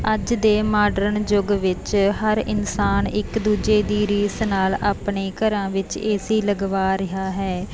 ਅੱਜ ਦੇ ਮਾਡਰਨ ਯੁਗ ਵਿੱਚ ਹਰ ਇਨਸਾਨ ਇੱਕ ਦੂਜੇ ਦੀ ਰੀਸ ਨਾਲ ਆਪਣੇ ਘਰਾਂ ਵਿੱਚ ਏ ਸੀ ਲਗਵਾ ਰਿਹਾ ਹੈ